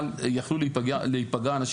יכלו להיפגע אנשים.